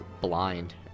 blind